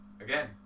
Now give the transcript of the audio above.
again